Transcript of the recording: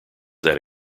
that